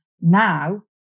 now